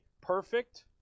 perfect